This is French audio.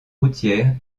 routière